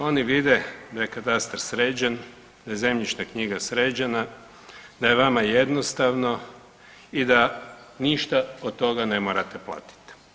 Oni vide da je katastar sređen, da je zemljišna knjiga sređena, da je vama jednostavno i da ništa od toga ne morate platiti.